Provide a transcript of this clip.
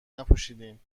نپوشیدین